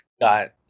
got